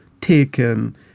taken